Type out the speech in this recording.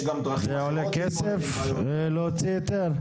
זה עולה כסף להוציא היתר?